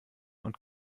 und